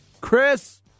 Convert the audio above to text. Chris